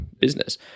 business